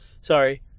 Sorry